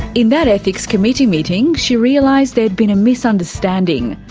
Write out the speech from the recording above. in that ethics committee meeting she realised there had been a misunderstanding.